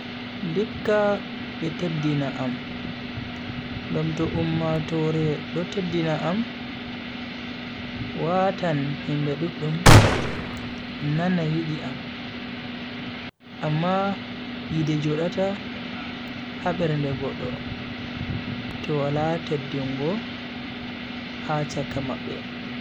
Ndikka be teddina am, ngam to ummatoore do teddina am, watan himbe duddum nana yidi am. Amma yide jodata ha bernde goddo to wala teddungo ha chaka mabbe.